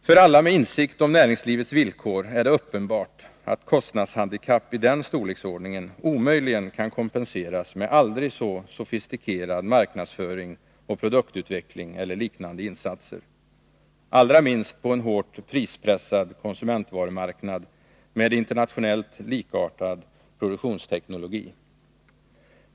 För alla med insikt om näringslivets villkor är det uppenbart att kostnadshandikapp i den storleksordningen omöjligen kan kompenseras med aldrig så sofistikerad marknadsföring och produktutveckling eller liknande insatser — allra minst på en hårt prispressad konsumentvarumarknad med internationellt likartad produktionsteknologi.